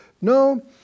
No